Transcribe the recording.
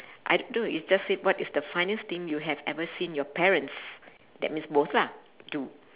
I don't know it just said what is the funniest thing you have ever seen your parents that means both lah do